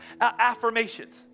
affirmations